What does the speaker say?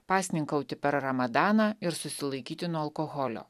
pasninkauti per ramadaną ir susilaikyti nuo alkoholio